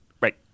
right